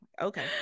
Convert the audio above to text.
Okay